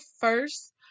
first